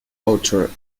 author